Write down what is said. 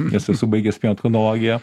nes esu baigęs pieno technologiją